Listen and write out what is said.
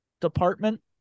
department